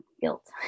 guilt